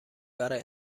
برای